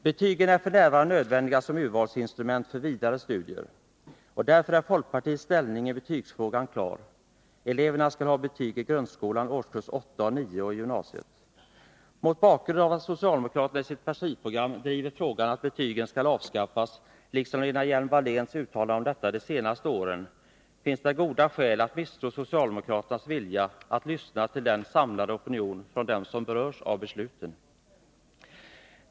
Betygen är f. n. nödvändiga som urvalsinstrument för vidare studier. Därför är folkpartiets ställning i betygsfrågan klar: Eleverna skall ha betyg i grundskolans årskurs 8 och 9 och i gymnasiet. Mot bakgrund av att socialdemokraterna i sitt partiprogram driver frågan att betygen skall avskaffas, och mot bakgrund av Lena Hjelm-Walléns uttalanden om detta de senaste åren, finns det goda skäl att misstro socialdemokraternas vilja att lyssna till den samlade opinionen från dem som berörs av besluten.